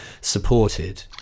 supported